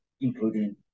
including